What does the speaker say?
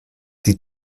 die